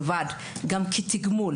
לידי ביטוי רק במעמד עצמו, אלא גם בתגמול השכר.